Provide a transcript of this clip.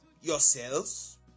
yourselves